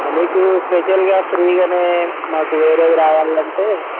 అందుకూ స్పెషల్గా ఫ్రీగానే మాకు వేరేవి రావాల్లంటే